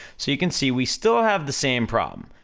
so you can see, we still have the same problem,